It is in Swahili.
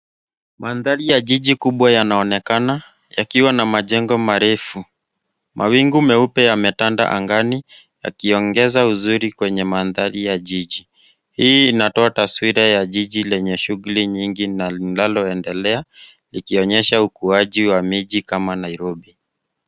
Mandhari ya jiji kubwa yanaonekana yakiwa na majengo marefu. Mawingu meupe yametanda angani yakionyesha uzuri kwenye mandhari ya jiji. Hii inatoa taswira ya jiji lenye shughuli nyingi na linaloendelea likionyesha ukuwaji wa miji kama Nairobi.